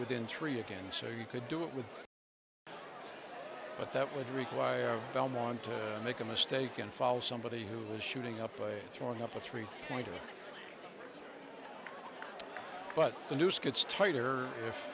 within three again so you could do it with but that would require belmont to make a mistake and follow somebody who was shooting up by a throwing up a three pointer but the noose gets tighter